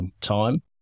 time